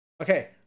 Okay